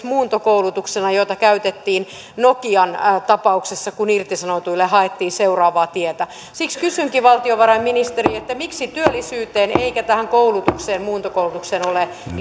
muuntokoulutuksena jota käytettiin nokian tapauksessa kun irtisanotuille haettiin seuraavaa tietä siksi kysynkin valtiovarainministeri miksei työllisyyteen eikä tähän muuntokoulutukseen ole